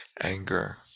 anger